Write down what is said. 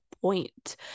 point